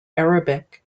arabic